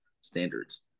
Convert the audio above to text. standards